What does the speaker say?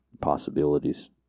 Possibilities